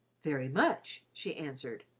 very much, she answered.